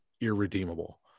irredeemable